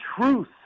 truth